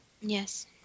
yes